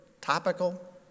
topical